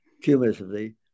cumulatively